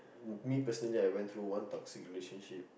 me personally I went through one toxic relationship